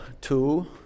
Two